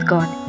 God